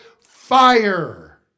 fire